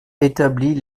établit